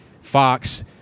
Fox